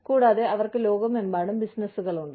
കൂടാതെ അവർക്ക് ലോകമെമ്പാടും ബിസിനസുകളുണ്ട്